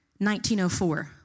1904